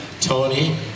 Tony